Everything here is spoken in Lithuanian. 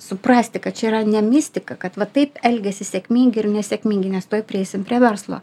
suprasti kad čia yra ne mistika kad va taip elgiasi sėkmingi ir nesėkmingi nes tuoj prieisim prie verslo